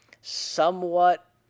somewhat